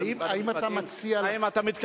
האם אתה מתכוון,